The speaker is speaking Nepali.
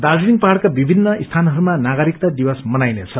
दार्जीलिङ पहाङका विभिन्न स्थान नागरिकता दिवस मनाइनेछ